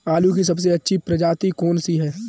आलू की सबसे अच्छी प्रजाति कौन सी है?